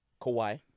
Kawhi